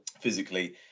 physically